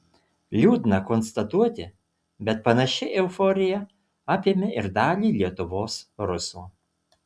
liūdna konstatuoti bet panaši euforija apėmė ir dalį lietuvos rusų